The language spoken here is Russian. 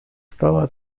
стала